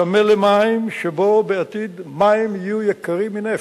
צמא למים, שבו בעתיד מים יהיו יקרים מנפט.